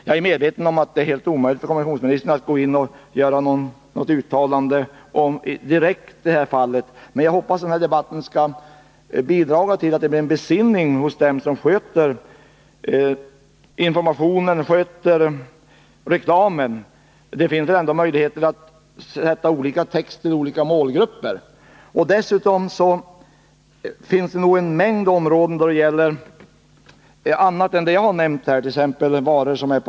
Jag är medveten om att det är helt omöjligt för kommunikationsministern att göra något uttalande om just detta fall, men jag hoppas att denna debatt skall bidra till att de på postverket som sköter informationen och reklamen kommer till besinning. Det finns ändå möjligheter att använda olika text till olika målgrupper. Det finns nog en rad områden som jag inte har nämnt —t.ex.